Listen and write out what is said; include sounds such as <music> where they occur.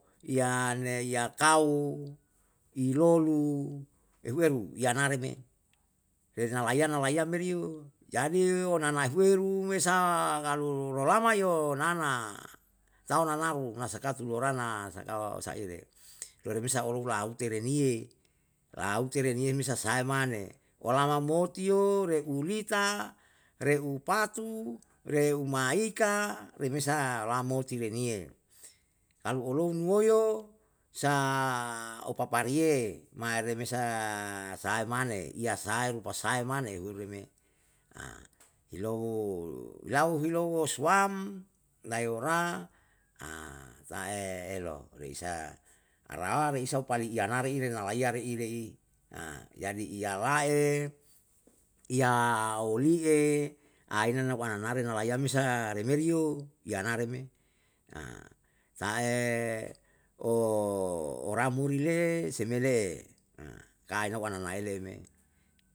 Iyane yakau, ilolu ehu eru, yana re me, rena layam laya meri yo. Jadi onana mesa kalu rolama yo anan tau nanaru na saka tulorana sako saire. loremesa olou bisa laute reniye, laute neriye me sa sae mane olama moti yo, re ulita, re'u pat, re'u maika, remesa lamoti laeniye. Kalau olou muoyo sa opapariye, mae remesa sae mane, ya sae rupa sae mane, huri me? <hesitation> ilo lau hilou osuwam nae yora <hesitation> tae elo, reisa arawa reisau pali iyana re nalaya reire rei, jadi iyanla'e, iyaoli'e, a oli'e aina nau ana nare yalam sa remeri yo, yanare me. <hesitation> ta'e oramuri le'e se me le'e, <hesitation> kaina anai leu eim